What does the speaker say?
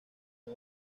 con